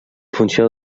funció